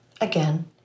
Again